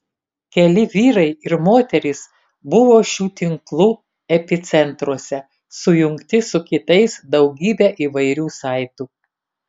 keli vyrai ir moterys buvo šių tinklų epicentruose sujungti su kitais daugybe įvairių saitų